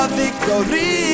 victory